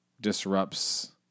disrupts